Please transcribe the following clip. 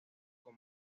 con